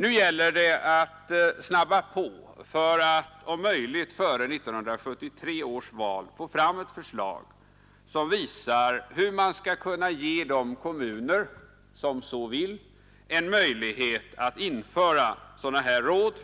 Nu gäller det att snabba på för att om möjligt före 1973 års val få fram ett förslag, som visar hur man skall kunna ge de kommuner som så vill en möjlighet att införa sådana råd